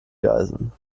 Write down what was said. geiseln